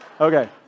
Okay